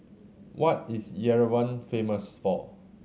what is Yerevan famous for